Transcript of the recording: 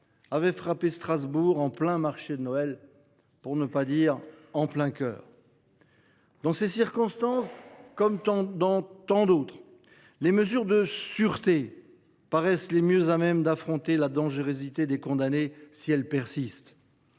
voilà cinq ans, en plein marché de Noël, pour ne pas dire en plein cœur. Dans ces circonstances, comme dans tant d’autres, les mesures de sûreté paraissent les mieux à même d’affronter la dangerosité des condamnés, si elle persiste.